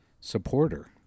supporter